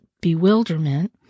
bewilderment